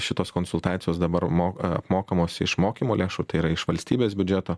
šitos konsultacijos dabar mo apmokamos iš mokymo lėšų tai yra iš valstybės biudžeto